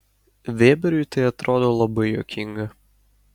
vėberiui tai atrodo labai juokinga